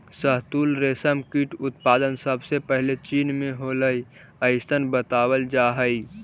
शहतूत रेशम कीट उत्पादन सबसे पहले चीन में होलइ अइसन बतावल जा हई